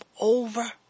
over